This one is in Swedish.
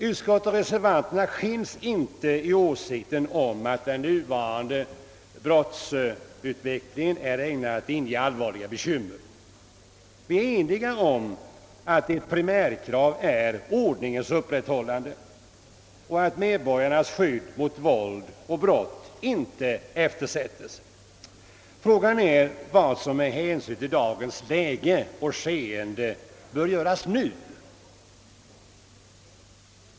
Utskottet och reservanterna skils inte i åsikten om att den nuvarande brottsutvecklingen är ägnad att inge allvarliga bekymmer. Vi är eniga om att ett primärkrav är att ordningen upprätthålles och att medborgarnas skydd mot våld och brott inte eftersättes. Frågan är vad som med hänsyn till dagens läge och skeende bör göras nu.